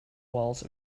walls